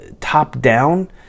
top-down